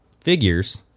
figures